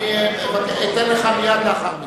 אני אתן לך מייד לאחר מכן.